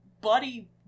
buddy